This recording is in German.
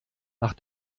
nach